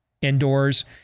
indoors